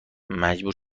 مجبور